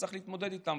וצריך להתמודד איתם,